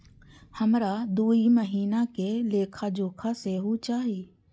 हमरा दूय महीना के लेखा जोखा सेहो चाही